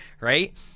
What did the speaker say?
Right